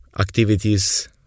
activities